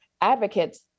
advocates